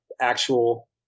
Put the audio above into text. actual